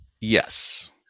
Yes